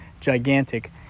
gigantic